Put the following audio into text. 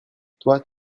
toi